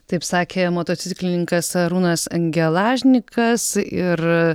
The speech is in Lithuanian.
taip sakė motociklininkas arūnas gelažnikas ir